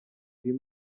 uyu